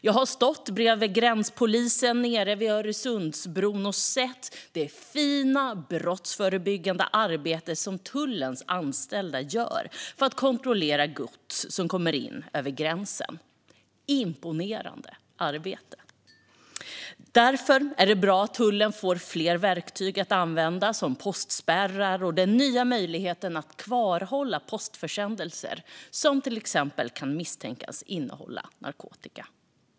Jag har stått bredvid gränspolisen nere vid Öresundsbron och sett det fina brottsförebyggande arbete som tullens anställda gör för att kontrollera gods som kommer in över gränsen. Det är ett imponerande arbete. Därför är det bra att tullen får fler verktyg att använda, som postspärrar och den nya möjligheten att kvarhålla postförsändelser som till exempel kan misstänkas innehålla narkotika.